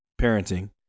parenting